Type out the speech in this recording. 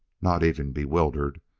not even bewildered,